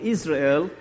Israel